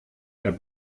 der